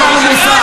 אל תטיפו לנו מוסר.